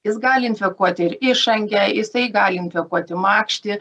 jis gali infekuot ir išangę jisai gali infekuoti makštį